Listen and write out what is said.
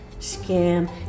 scam